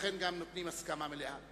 ולכן גם נותנים הסכמה מלאה.